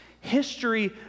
History